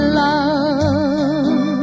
love